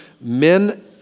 men